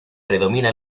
predomina